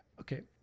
okay,